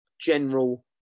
general